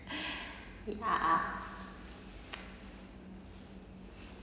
wait ah